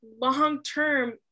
long-term